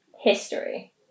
History